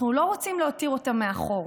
אנחנו לא רוצים להותיר אותה מאחור.